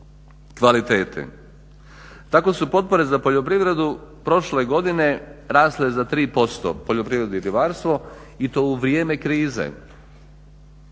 kvalitete. Tako su potpore za poljoprivredu prošle godine rasle za 3% poljoprivreda i ribarstvo i to u vrijeme krize.